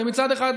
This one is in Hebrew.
מצד אחד,